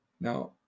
Now